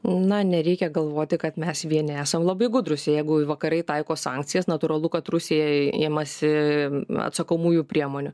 na nereikia galvoti kad mes vieni esam labai gudrūs jeigu vakarai taiko sankcijas natūralu kad rusijai imasi atsakomųjų priemonių